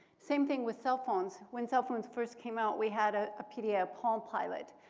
same thing with cell phones. when cell phones first came out, we had a ah pdf palm pilot,